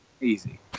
Easy